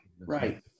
right